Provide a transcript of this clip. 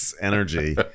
energy